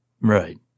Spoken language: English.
Right